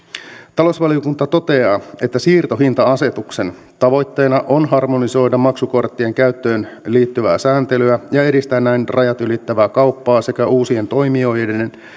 talousvaliokunta toteaa että siirtohinta asetuksen tavoitteena on harmonisoida maksukorttien käyttöön liittyvää sääntelyä ja edistää näin rajat ylittävää kauppaa sekä uusien toimijoiden